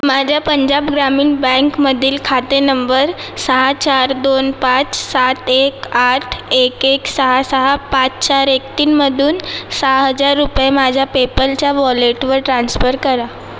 माझ्या पंजाब ग्रामीण बँकमधील खाते नंबर सहा चार दोन पाच सात एक आठ एक एक सहा सहा पाच चार एक तीनमधून सहा हजार रुपये माझ्या पेपलच्या वॉलेटवर ट्रान्स्फर करा